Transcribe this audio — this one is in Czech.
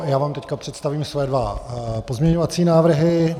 Já vám teď představím své dva pozměňovací návrhy.